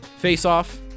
Face-off